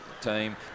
team